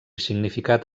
significat